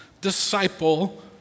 Disciple